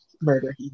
murder